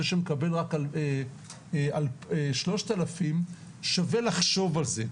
זה שמקבל רק על 3,000 שווה לחשוב על זה.